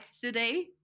today